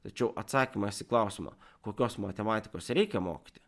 tačiau atsakymas į klausimą kokios matematikos reikia mokyti